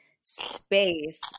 space